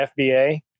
FBA